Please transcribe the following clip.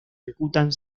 ejecutan